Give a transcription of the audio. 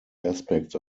aspects